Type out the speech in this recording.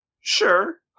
sure